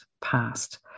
past